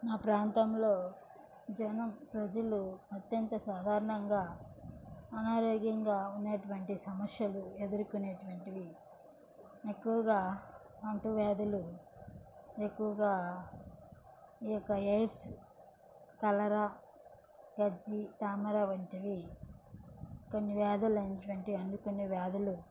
మా ప్రాంతంలో జనం ప్రజలు అత్యంత సాధారణంగా అనారోగ్యాంగా ఉన్నటువంటి సమస్యలు ఎదుర్కొనేటటువంటివి ఎక్కువగా అంటూ వ్యాధులు ఎక్కువగా ఈ యొక్క ఎయిడ్స్ కలరా గజ్జి తామర వంటివి కొన్ని వ్యాధులు అయినటువంటిఅన్ని కొన్ని వ్యాధులు